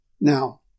Now